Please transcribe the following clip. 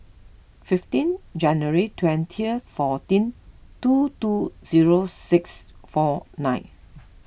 fifteen January twenty fourteen two two zero six four nine